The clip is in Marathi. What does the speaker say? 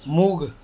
मूग